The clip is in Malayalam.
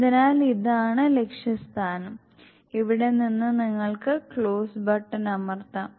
അതിനാൽ ഇതാണ് ലക്ഷ്യസ്ഥാനം ഇവിടെ നിന്ന് നിങ്ങൾക്ക് ക്ലോസ് ബട്ടൺ അമർത്താം